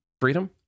Freedom